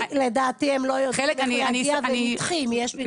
לדעתי הם לא יודעים איך להגיע --- הם גם נדחים בוועדות.